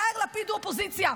יאיר לפיד הוא אופוזיציה.